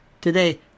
today